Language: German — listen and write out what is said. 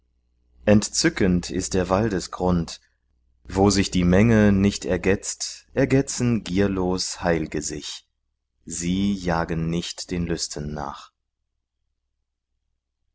entzückend ist der waldesgrund wo sich die menge nicht ergetzt ergetzen gierlos heil'ge sich sie jagen nicht den lüsten nach